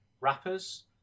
wrappers